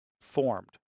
formed